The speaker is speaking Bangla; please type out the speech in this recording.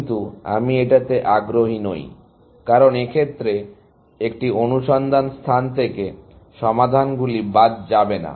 কিন্তু আমি এতে আগ্রহী নই কারণ এক্ষেত্রে একটি অনুসন্ধান স্থান থেকে সমাধানগুলি বাদ দেবে না